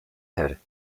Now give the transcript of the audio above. her